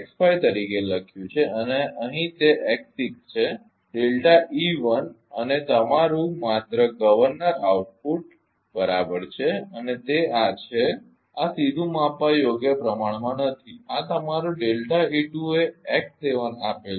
x5 તરીકે લખ્યું છે અને અહીં તે x6 છે અને તમારું માત્ર ગર્વર્નર આઉટપુટ બરાબર છે અને તે આ છે આ સીધું માપવા યોગ્ય પ્રમાણમાં નથી અને આ તમારો એ x7 આપેલ છે